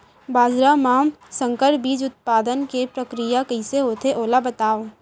बाजरा मा संकर बीज उत्पादन के प्रक्रिया कइसे होथे ओला बताव?